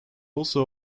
also